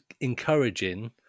encouraging